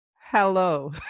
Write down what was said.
hello